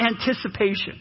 anticipation